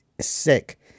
sick